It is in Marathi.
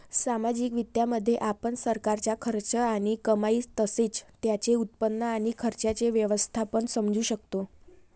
सार्वजनिक वित्तामध्ये, आपण सरकारचा खर्च आणि कमाई तसेच त्याचे उत्पन्न आणि खर्चाचे व्यवस्थापन समजू शकतो